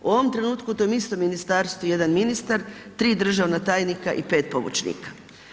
U ovom trenutku u tom istom ministarstvu je jedan ministar, 3 državna tajnika i 5 pomoćnika.